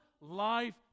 life